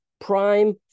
prime